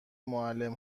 معلم